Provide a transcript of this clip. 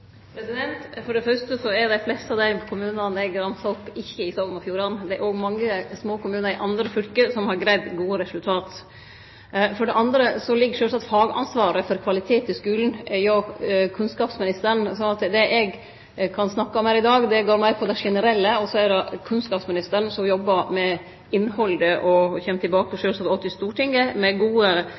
For det fyrste er ikkje dei fleste av dei kommunane eg ramsa opp, i Sogn og Fjordane. Det er òg mange små kommunar i andre fylke som har greidd gode resultat. For det andre ligg sjølvsagt fagansvaret for kvalitet i skulen hjå kunnskapsministeren, slik at det eg kan snakke om her i dag, går meir på det generelle. Det er kunnskapsministeren som jobbar med innhaldet, og som sjølsagt då kjem tilbake til Stortinget med gode